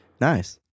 Nice